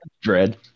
Dread